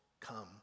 come